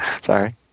Sorry